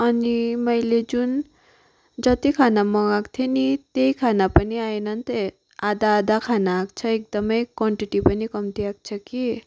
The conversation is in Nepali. अनि मैले जुन जति खाना मगाएको थिएँ नि त्यही खाना पनि आएन नि त आधा आधा खाना आएको छ एकदम क्वान्टिटी पनि कम्ती आएको छ कि